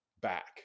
back